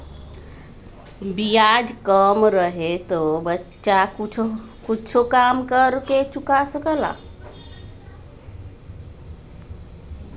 ब्याज कम रहे तो बच्चा कुच्छो काम कर के चुका सकला